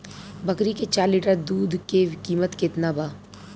बकरी के चार लीटर दुध के किमत केतना बा?